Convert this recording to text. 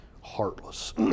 heartless